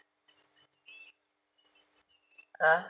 ah